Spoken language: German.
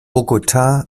bogotá